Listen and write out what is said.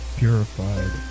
purified